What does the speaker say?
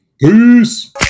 Peace